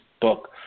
book